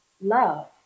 love